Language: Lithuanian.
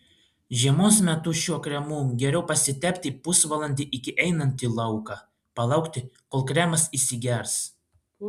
žiemos metu šiuo kremu geriau pasitepti pusvalandį iki einant į lauką palaukti kol kremas įsigers